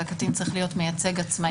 לקטין צריך להיות מייצג עצמאי.